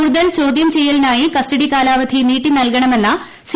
കൂടുതൽ ചോദ്യം ചെയ്യലിനായി കസ്റ്റഡി കാലാവധി നീട്ടി നൽകണമെന്ന സി